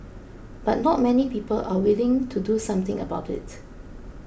but not many people are willing to do something about it